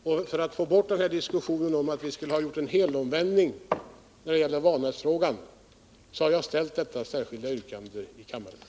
Och för att bemöta påståendet om att vi skulle ha gjort en helomvändning när det gäller Vanäsfrågan har jag alltså framställt detta särskilda yrkande inför kammaren.